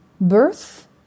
birth